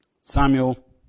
Samuel